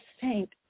saint